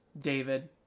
david